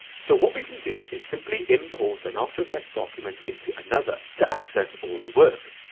so what we can do is simply import an after effects document into another to access all the work.